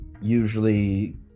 Usually